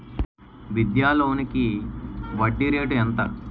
విద్యా లోనికి వడ్డీ రేటు ఎంత?